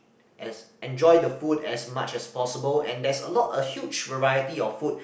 as enjoy the food as much as possible and there's a lot of huge variety of food